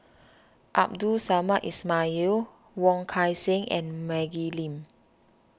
Abdul Samad Ismail Wong Kan Seng and Maggie Lim